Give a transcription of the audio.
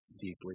deeply